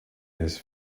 his